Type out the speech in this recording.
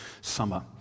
summer